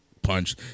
punch